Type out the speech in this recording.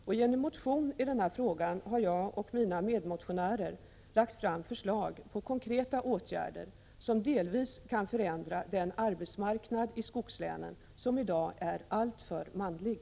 I en motion i den här frågan har jag och mina medmotionärer lagt fram förslag om konkreta åtgärder som delvis kan förändra den arbetsmarknad i skogslänen som i dag är alltför manlig.